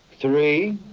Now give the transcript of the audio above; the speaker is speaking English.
three,